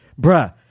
bruh